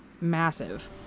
massive